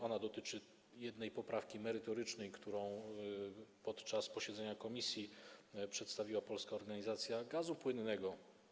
Ona dotyczy jednej poprawki merytorycznej, którą podczas posiedzenia komisji przedstawiła Polska Organizacja Gazu Płynnego.